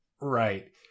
right